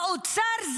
האוצר,